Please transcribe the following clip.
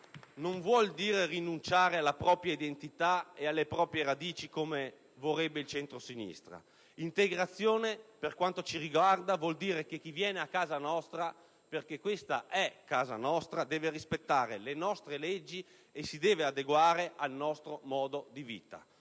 non vuol dire rinunciare alla propria identità e alle proprie radici, come vorrebbe il centrosinistra. Integrazione, per quanto ci riguarda, vuol dire che chi viene a casa nostra (perché questa è casa nostra) deve rispettare le nostre leggi e si deve adeguare al nostro modo di vivere.